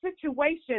situation